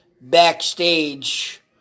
backstage